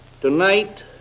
Tonight